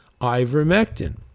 ivermectin